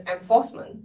enforcement